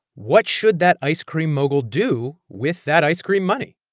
what should that ice cream mogul do with that ice cream money?